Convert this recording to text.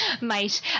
mate